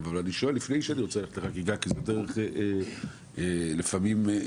אבל לפני שאני יוצא לחקיקה שלפעמים היא